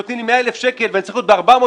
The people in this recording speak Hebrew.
ונותנים לי 100,000 שקלים ואני צריך להיות ב-400,000